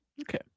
Okay